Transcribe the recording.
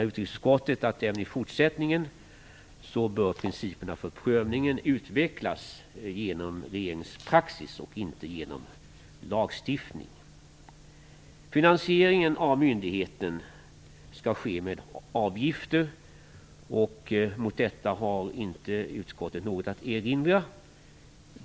Utrikesutskottet menar därför att principerna för prövningen även i fortsättningen bör utvecklas genom regeringens praxis och inte genom lagstiftning. Finansieringen av myndigheten skall ske med avgifter. Mot detta har inte utskottet någonting att erinra.